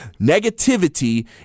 negativity